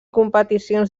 competicions